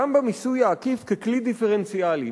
גם המיסוי העקיף, ככלי דיפרנציאלי.